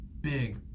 big